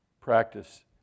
practice